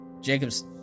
Jacob's